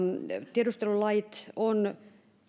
tiedustelulait ovat